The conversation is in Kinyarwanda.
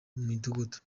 midugudu